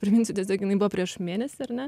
priminsiu tiesiog jinai buvo prieš mėnesį ar ne